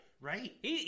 Right